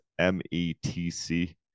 METC